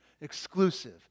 Exclusive